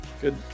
good